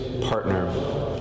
partner